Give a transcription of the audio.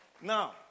now